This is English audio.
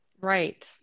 Right